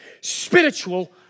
spiritual